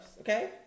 Okay